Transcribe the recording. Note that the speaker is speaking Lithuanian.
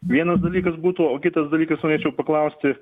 vienas dalykas būtų o kitas dalykas norėčiau paklausti